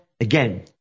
again